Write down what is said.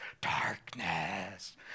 darkness